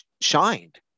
shined